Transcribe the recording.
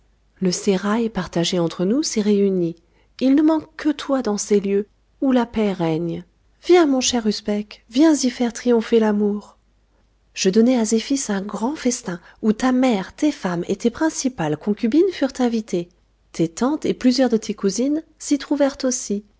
le sérail partagé entre nous s'est réuni il ne manque que toi dans ces lieux où la paix règne viens mon cher usbek viens y faire triompher l'amour je donnai à zéphis un grand festin où ta mère tes femmes et tes principales concubines furent invitées tes tantes et plusieurs de tes cousines s'y trouvèrent aussi